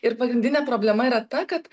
ir pagrindinė problema yra ta kad